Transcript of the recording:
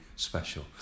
Special